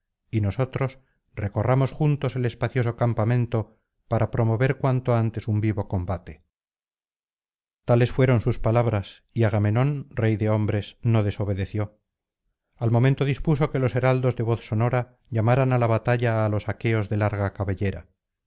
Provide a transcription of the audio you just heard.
y nosotros recorramos juntos el espacioso campamento para promover cuanto antes un vivo combate tales fueron sus palabras y agamenón rey de hombres no desobedeció al momento dispuso que los heraldos de voz sonora llamaran á la batalla á los aqueos de larga cabellera